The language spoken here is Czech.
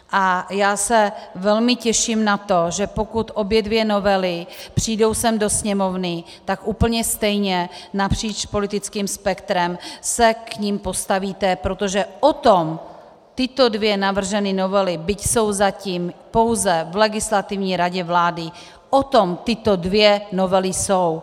A já se velmi těším na to, že pokud obě dvě novely přijdou sem do Sněmovny, tak úplně stejně napříč politickým spektrem se k nim postavíte, protože o tom tyto dvě navržené novely, byť jsou zatím pouze v Legislativní radě vlády, o tom tyto dvě novely jsou.